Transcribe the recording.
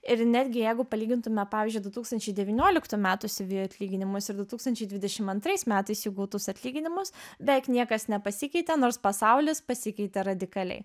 ir netgi jeigu palygintume pavyzdžiui du tūkstančiai devynioliktų metų siuvėjų atlyginimus ir du tūkstančiai dvidešim antrais metais jų gautus atlyginimus beveik niekas nepasikeitė nors pasaulis pasikeitė radikaliai